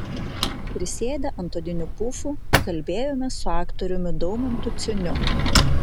prisėdę ant odinių pufų kalbėjomės su aktoriumi daumantu ciuniu